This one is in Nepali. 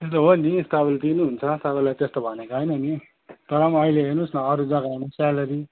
त्यो त हो नि तपाईँले दिनुहुन्छ तपाईँलाई त्यस्तो भनेको हेइन नि तर पनि अहिले हेर्नुहोस् न अरू जग्गामा सेलेरी